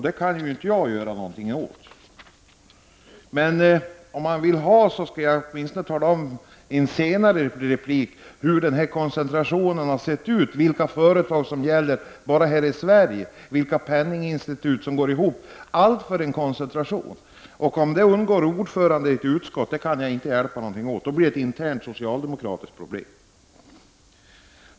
Det kan inte jag göra någonting åt, men om han vill skall jag i en senare replik visa hur denna koncentration sett ut, vilka företag det gäller bara här i Sverige, vilka penninginstitut som går ihop — allt för en koncentration. Om detta undgår ordföranden i ett utskott kan jag inte hjälpa det, det blir ett internt socialdemokratiskt problem.